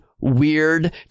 weird